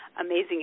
amazing